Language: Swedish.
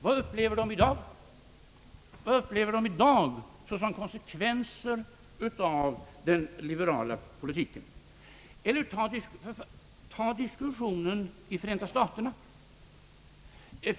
Vad upplever man där i dag såsom konsekvenser av den liberala politiken? Eller ta diskussionen i Förenta sta terna!